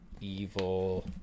evil